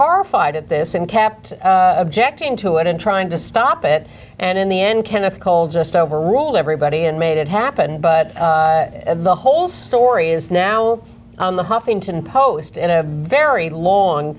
horrified at this and kept objecting to it and trying to stop it and in the end kenneth cole just overruled everybody and made it happen but the whole story is now on the huffington post in a very long